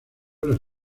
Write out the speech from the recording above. las